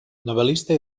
novel·lista